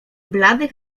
bladych